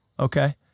Okay